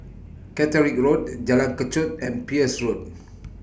Catterick Road Jalan Kechot and Peirce Road